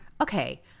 okay